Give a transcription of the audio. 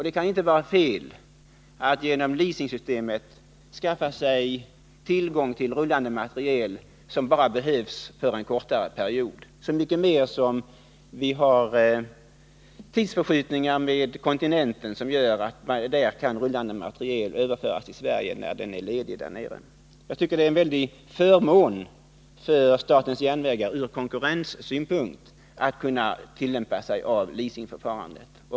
Det kan inte vara fel att genom leasingsystemet skaffa sig tillgång till rullande materiel som behövs bara för en kortare period, så mycket mer som vi har tidsförskjutningar i förhållande till kontinenten som gör att rullande materiel där kan överföras till Sverige när den blivit ledig. Jag tycker att det från konkurrenssynpunkt är en mycket stor förmån för statens järnvägar att kunna tillämpa leasingförfarandet.